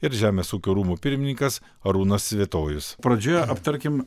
ir žemės ūkio rūmų pirmininkas arūnas svitojus pradžioje aptarkim